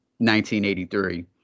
1983